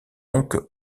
donc